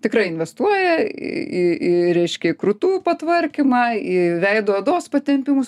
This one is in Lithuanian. tikrai investuoja į į reiškia į krūtų patvarkymą į veido odos patempimus